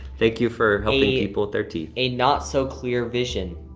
thank you for helping people with their teeth. a not so clear vision.